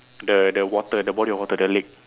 the the water the body of water the lake